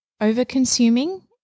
Over-consuming